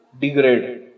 degrade